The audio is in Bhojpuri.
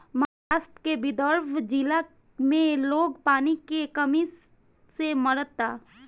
महाराष्ट्र के विदर्भ जिला में लोग पानी के कमी से मरता